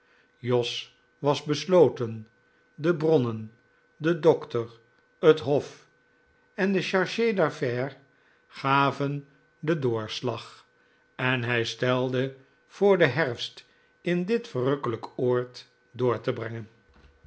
jos was besloten de bronnen de dokter het hof en de charge d affaires gaven den doorslag en hij stelde voor den herfst in dit verrukkelijk oord door te brengen